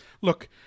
look